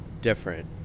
different